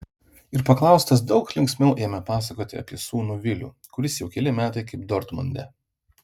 ir paklaustas daug linksmiau ėmė pasakoti apie sūnų vilių kuris jau keli metai kaip dortmunde